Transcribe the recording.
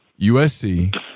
USC